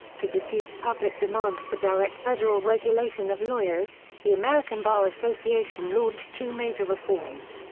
to defuse public demand for direct federal regulation of lawyers, the american bar association launched two major reforms.